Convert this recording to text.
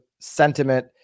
sentiment